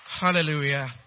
Hallelujah